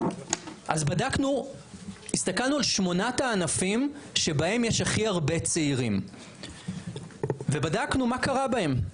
אז הסתכלנו על שמונת הענפים שבהם יש הכי הרבה צעירים ובדקנו מה קרה בהם.